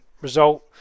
result